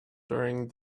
during